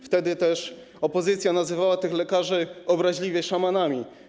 Wtedy też opozycja nazywała tych lekarzy obraźliwie szamanami.